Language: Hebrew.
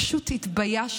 פשוט התביישתי.